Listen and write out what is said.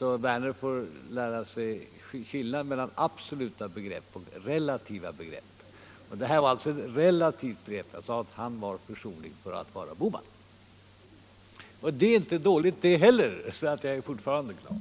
Herr Werner får lära sig skillnaden mellan absoluta och relativa begrepp. Här var det ett relativt begrepp. Jag sade att herr Bohman var försonlig för att vara herr Bohman — och det är inte dåligt det heller! Därför är jag fortfarande glad.